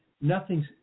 nothing's